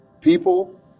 people